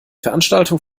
veranstaltung